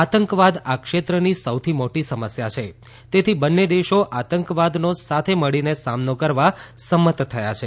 આતંકવાદ આ ક્ષેત્રની સૌથી મોટી સમસ્યા છે તેથી બંન્ને દેશો આંતકવાદનો સાથે મળીને સામનો કરવા સંમત થયા છે